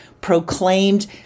proclaimed